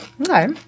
Okay